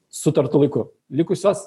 sutartu laiku likusios